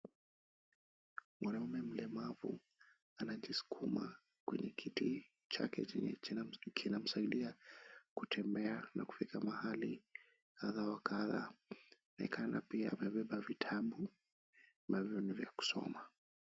Mwanaume mlemavu anajiskuma kwenye kiti chake, kinamsaidia kutembea na kufika mahali kadha wa kadha. Anaonekana pia amebeba vitabu ambavyo ni vya kusoma.